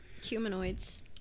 Humanoids